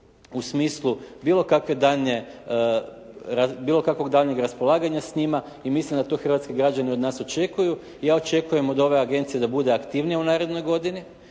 daljnje, bilo kakvog daljnjeg raspolaganja s njima i mislim da to hrvatski građani od nas to očekuju. Ja očekujem od ove agencije da bude aktivnija u narednoj godini